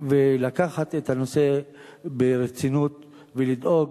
ולקחת את הנושא ברצינות ולדאוג